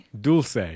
dulce